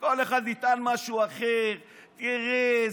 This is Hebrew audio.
כל אחד יטען משהו אחר: תראה,